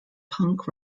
punk